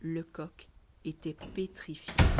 lecoq était pétrifié